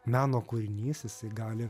meno kūrinys jisai gali